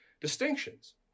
distinctions